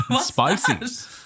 spicy